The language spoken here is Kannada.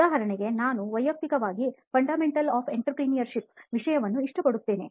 ಉದಾಹರಣೆಗೆ ನಾನು ವೈಯಕ್ತಿಕವಾಗಿ fundamental of entrepreneurship ವಿಷಯವನ್ನು ಇಷ್ಟಪಡುತ್ತೇನೆ